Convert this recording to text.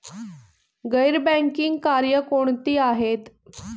गैर बँकिंग कार्य कोणती आहेत?